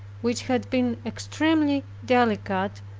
which had been extremely delicate,